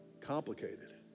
complicated